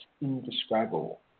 indescribable